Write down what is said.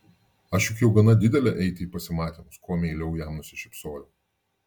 aš juk jau gana didelė eiti į pasimatymus kuo meiliau jam nusišypsojau